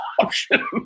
option